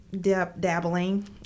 dabbling